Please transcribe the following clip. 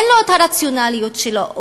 אין לו הרציונליות שלו,